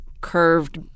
curved